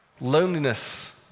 Loneliness